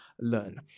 learn